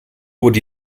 wurde